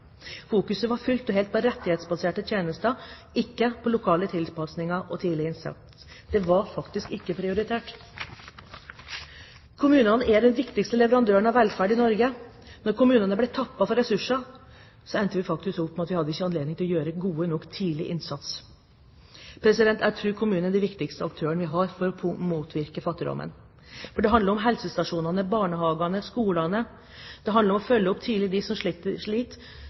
Fokuset var fullt og helt på rettighetsbaserte tjenester, ikke på lokale tilpasninger og tidlig innsats. Det var faktisk ikke prioritert. Kommunen er den viktigste leverandøren av velferd i Norge. Da kommunene ble tappet for ressurser, endte vi opp med at vi ikke hadde anledning til å gjøre en god innsats tidlig nok. Jeg tror kommunen er den viktigste aktøren vi har for å motvirke fattigdom. Det handler om helsestasjonene, barnehagene og skolene. Det handler om å følge opp tidlig de som